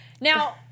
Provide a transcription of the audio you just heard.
now